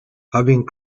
having